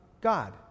God